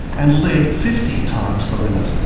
and lead fifty times the limit.